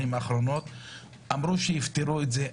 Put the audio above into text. אמרו שיפתרו את זה,